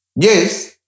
Yes